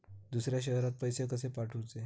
दुसऱ्या शहरात पैसे कसे पाठवूचे?